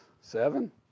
seven